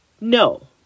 No